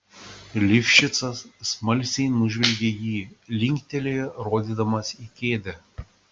lifšicas smalsiai nužvelgė jį linktelėjo rodydamas į kėdę